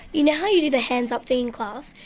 you know, how you do the hands-up thing in class,